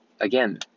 again